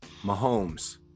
Mahomes